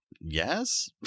yes